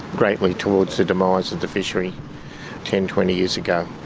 greatly towards the demise of the fishery ten, twenty years ago.